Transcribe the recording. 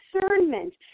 discernment